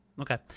Okay